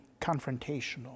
confrontational